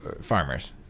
Farmers